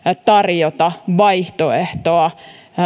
tarjota vaihtoehtoa